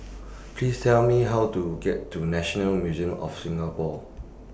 Please Tell Me How to get to National Museum of Singapore